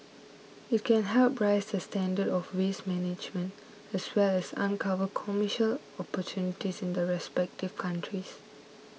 it can help raise the standards of waste management as well as uncover commercial opportunities in the respective countries